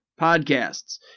podcasts